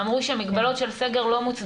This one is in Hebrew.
אבל זה פשוט מרגיז שזורקים פה נתונים סתם.